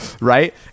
right